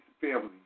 family